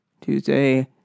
Tuesday